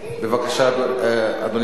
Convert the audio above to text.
בבקשה, אדוני השר.